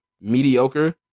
mediocre